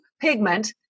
pigment